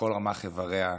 בכל רמ"ח אבריה.